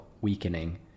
weakening